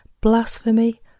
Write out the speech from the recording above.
blasphemy